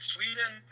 Sweden